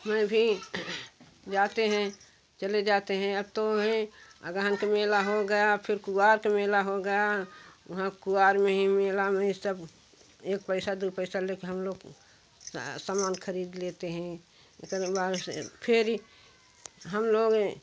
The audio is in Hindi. मैं भी जाते हैं चले जाते हैं अब तो हैं अगहन के मेला हो गया फिर कुआर के मेला हो गया वहाँ कुआर में ही मेला में सब एक पैसा दो पैसा लेके हम लोग समान खरीद लेते हैं एकरे बाद से फिर हम लोग